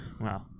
Wow